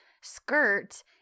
skirt